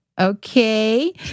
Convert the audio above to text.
Okay